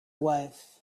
wife